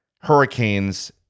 Hurricanes